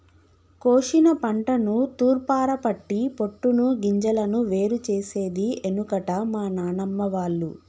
కోశిన పంటను తూర్పారపట్టి పొట్టును గింజలను వేరు చేసేది ఎనుకట మా నానమ్మ వాళ్లు